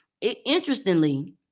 interestingly